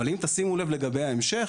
אם תשימו לב לגבי ההמשך,